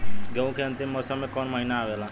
गेहूँ के अंतिम मौसम में कऊन महिना आवेला?